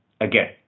again